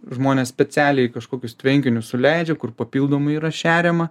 žmonės specialiai kažkokius tvenkinius suleidžia kur papildomai yra šeriama